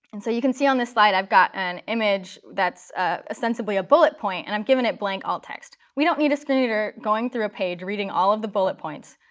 and so you can see on this slide i've got an image that's essentially a bullet point, and i'm giving it blank alt text. we don't need a screen reader going through a page, reading all of the bullet points.